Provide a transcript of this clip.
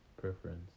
preference